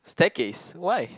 staircase why